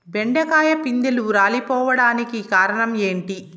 బెండకాయ పిందెలు రాలిపోవడానికి కారణం ఏంటి?